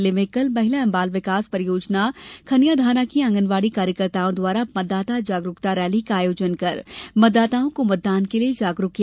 जिले में कल महिला एवं बाल विकास परियोजना खनियां धाना के आंगनवाड़ी कार्यकर्ताओं द्वारा मतदाता जागरूकता रैली का आयोजन कर मतदाताओं को मतदान के लिए जागरूक किया